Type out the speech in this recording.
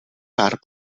pár